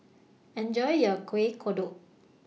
Enjoy your Kueh Kodok